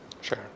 Sure